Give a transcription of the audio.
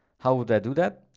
how would i do that?